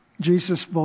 Jesus